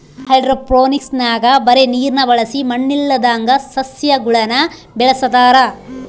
ಹೈಡ್ರೋಫೋನಿಕ್ಸ್ನಾಗ ಬರೇ ನೀರ್ನ ಬಳಸಿ ಮಣ್ಣಿಲ್ಲದಂಗ ಸಸ್ಯಗುಳನ ಬೆಳೆಸತಾರ